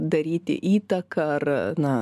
daryti įtaką ar na